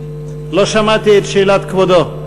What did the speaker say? לא שמעתי את שאלת כבודו.